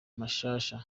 mashasha